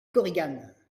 korigane